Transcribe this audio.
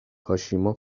کاشیما